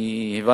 אני חושב